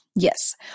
Yes